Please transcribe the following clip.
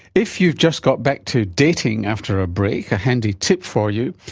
if you've just got back to dating after a break, a handy tip for you.